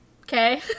okay